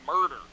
murder